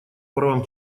правам